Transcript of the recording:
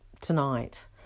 tonight